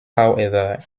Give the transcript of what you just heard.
however